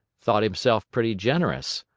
thought himself pretty generous.